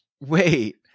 wait